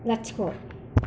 लाथिख'